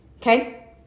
Okay